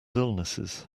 illnesses